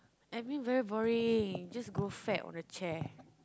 admin very boring just grow fat on the chair